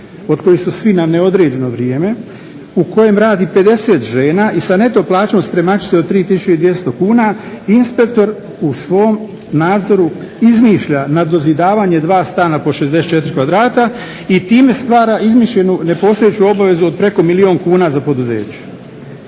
od kojih su svi na neodređeno vrijeme, u kojem radi 50 žena i sa neto plaćom spremačice od 3200 kuna inspektor u svom nadzoru izmišlja nadozidavanje dva stana po 64 kvadrata i time stvara izmišljenu nepostojeću obvezu od preko milijun kuna za poduzeće.